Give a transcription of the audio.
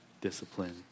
discipline